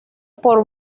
por